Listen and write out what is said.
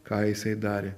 ką jisai darė